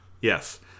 Yes